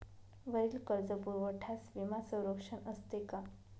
वरील कर्जपुरवठ्यास विमा संरक्षण असते का?